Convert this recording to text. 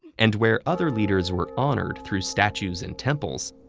and where other leaders were honored through statues and temples,